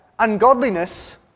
Ungodliness